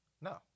No